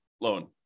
loan